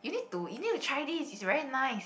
you need to you need to try this it's very nice